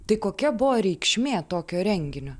tai kokia buvo reikšmė tokio renginio